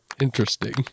Interesting